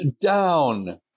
down